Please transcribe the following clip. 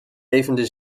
levende